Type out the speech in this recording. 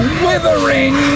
withering